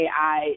AI